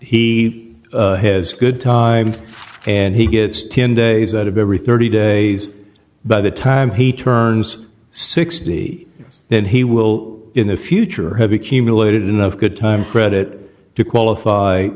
he has good time and he gets ten days out of every thirty days by the time he turns sixty then he will in the future have accumulated enough good time credit to qualify